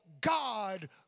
God